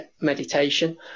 meditation